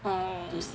orh